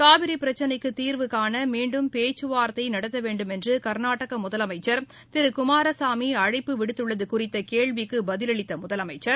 காவிரி பிரச்சினைக்கு தீர்வுகாண மீன்டும் பேச்சுவார்த்தை நடத்தவேண்டும் என்று கர்நாடக முதலமைச்சர் திரு குமாரசாமி அழைப்பு விடுத்துள்ளது குறித்த கேள்விக்கு பதிலளித்த முதலமைச்சர்